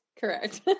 correct